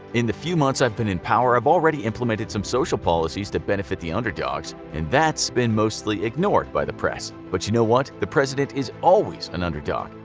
in the few months i've been in power i've already implemented some social policies to benefit the underdogs. and that's been mostly ignored by the press. but you know something? the president is always an underdog.